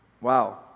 Wow